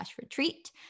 retreat